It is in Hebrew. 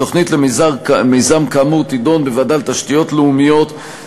תוכנית למיזם כאמור תידון בוועדה לתשתיות לאומיות,